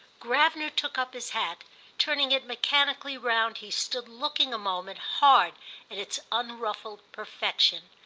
gravener took up his hat turning it mechanically round he stood looking a moment hard at its unruffled perfection.